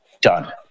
Done